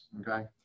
okay